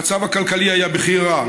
המצב הכלכלי היה בכי רע,